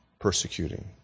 persecuting